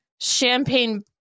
champagne